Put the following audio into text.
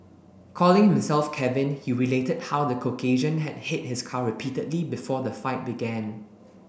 calling himself Kevin he related how the Caucasian had hit his car repeatedly before the fight began